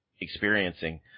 experiencing